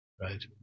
Right